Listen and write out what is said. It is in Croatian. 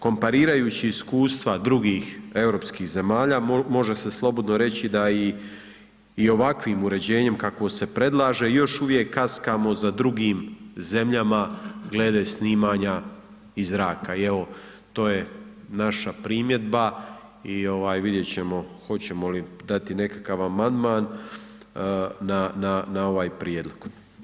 Komparirajući iskustva drugih europskih zemalja, može se slobodno reći da i ovakvim uređenjem kakvo se predlaže, još uvijek kaskamo za drugim zemljama glede snimanja iz zraka i evo, to je naša primjedba i vidjet ćemo hoćemo li dati nekakav amandman na ovaj prijedlog.